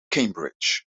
cambridge